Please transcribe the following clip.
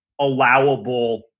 allowable